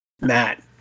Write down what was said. Matt